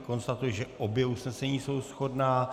Konstatuji, že obě usnesení jsou shodná.